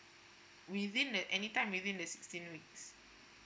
within the anytime maybe in the sixteen weeks